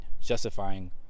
justifying